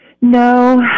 No